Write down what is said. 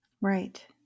right